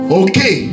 okay